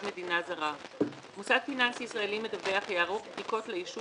מדינה זרה 5. מוסד פיננסי ישראלי מדווח יערוך בדיקות לישות